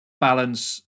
balance